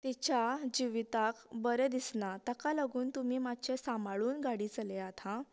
तिच्या जिवीताक बरे दिसना ताका लागून तुमी मात्शे सांबाळून गाडी चलयात हां